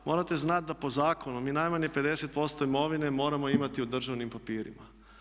Morate znati da po zakonu mi najmanje 50% imovine moramo imati u državnim papirima.